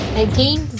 again